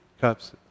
cups